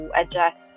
adjust